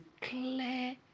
clear